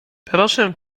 proszę